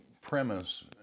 premise